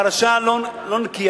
פרשה לא נקייה,